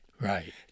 Right